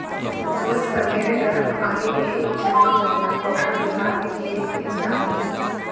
रोज सबेरे गरम पानी में एक चमच एकर पाउडर मिला के पिए के चाही